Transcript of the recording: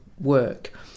work